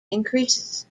increases